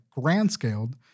grand-scaled